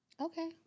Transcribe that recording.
Okay